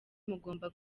mugomba